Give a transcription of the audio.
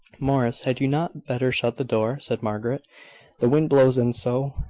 morris, had you not better shut the door? said margaret the wind blows in so,